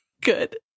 Good